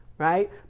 Right